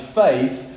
faith